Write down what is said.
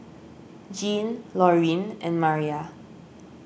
Jeanne Lorene and Mariah